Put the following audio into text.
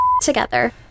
together